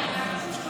עמית),